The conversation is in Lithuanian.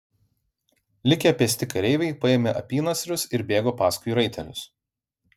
likę pėsti kareiviai paėmė apynasrius ir bėgo paskui raitelius